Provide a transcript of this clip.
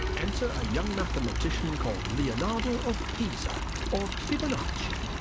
enter a young mathematician called leonardo of pisa or fibonacci.